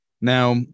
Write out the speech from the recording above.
Now